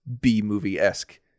B-movie-esque